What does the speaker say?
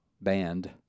band